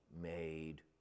made